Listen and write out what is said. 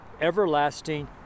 everlasting